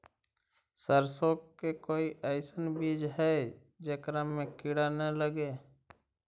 सरसों के कोई एइसन बिज है जेकरा में किड़ा न लगे?